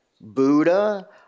Buddha